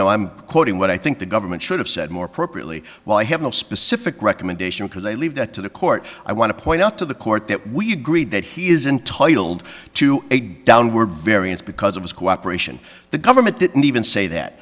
have no i'm quoting what i think the government should have said more appropriately while i have no specific recommendation because i leave that to the court i want to point out to the court that we agreed that he is entitled to a downward variance because of his cooperation the government didn't even say that